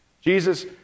Jesus